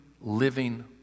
living